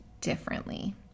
differently